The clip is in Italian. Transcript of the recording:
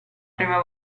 prima